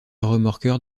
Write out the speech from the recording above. remorqueurs